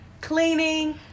cleaning